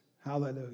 Hallelujah